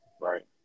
Right